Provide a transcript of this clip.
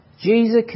Jesus